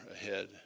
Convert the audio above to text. ahead